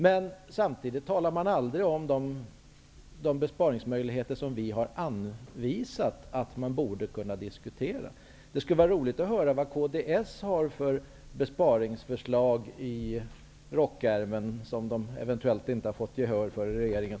Men samtidigt diskuterar man aldrig de besparingsmöjligheter som Ny demokrati har anvisat. Det vore intressant att få höra vilka besparingsförslag som kds har i rockärmen, förslag som kds eventuellt inte fått gehör för i regeringen.